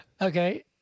Okay